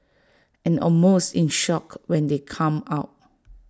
and almost in shock when they come out